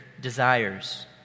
desires